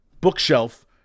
bookshelf